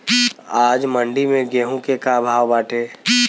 आज मंडी में गेहूँ के का भाव बाटे?